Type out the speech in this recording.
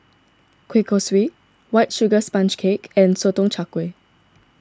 Kuih Kaswi White Sugar Sponge Cake and Sotong Char Kway